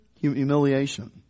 humiliation